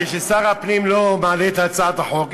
כששר הפנים לא מעלה את הצעת החוק,